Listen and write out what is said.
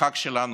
החג שלנו.